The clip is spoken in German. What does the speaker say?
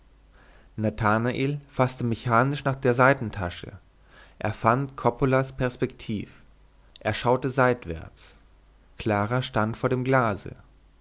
nathanael faßte mechanisch nach der seitentasche er fand coppolas perspektiv er schaute seitwärts clara stand vor dem glase